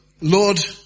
Lord